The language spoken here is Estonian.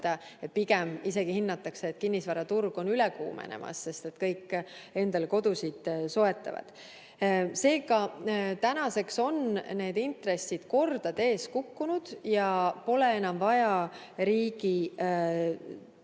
pigem isegi hinnatakse, et kinnisvaraturg on üle kuumenemas, sest kõik soetavad endale kodu. Seega, tänaseks on need intressid kordades kukkunud ja pole enam vaja riigi tuge,